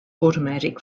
automatic